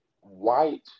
white